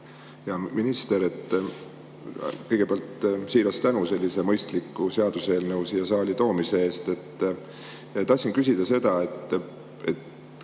Hea minister! Kõigepealt siiras tänu sellise mõistliku seaduseelnõu siia saali toomise eest! Tahtsin küsida seda, kas